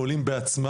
או עולים בעצמם.